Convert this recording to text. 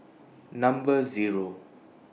Number Zero